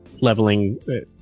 leveling